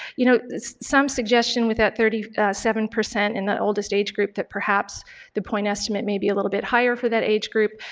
you know, some suggestion with that thirty seven percent in that oldest age group that perhaps the point estimate may be a little bit higher for that age group.